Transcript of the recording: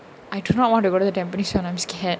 I do not want to go to the tampines [one] I'm scared